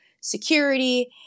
security